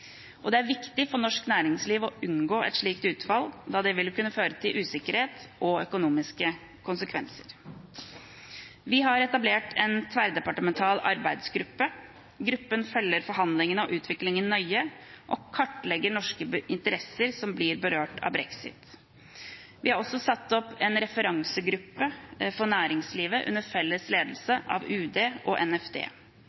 Det er viktig for norsk næringsliv å unngå et slikt utfall, da det vil kunne føre til usikkerhet og økonomiske konsekvenser. Vi har etablert en tverrdepartemental arbeidsgruppe. Gruppen følger forhandlingene og utviklingen nøye og kartlegger norske interesser som blir berørt av brexit. Vi har også satt opp en referansegruppe for næringslivet under felles ledelse